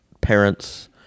parents